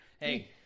Hey